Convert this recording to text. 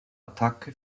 attacke